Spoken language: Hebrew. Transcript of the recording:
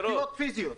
תשתיות פיזיות.